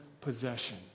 possession